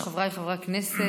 חבריי חברי הכנסת,